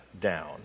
down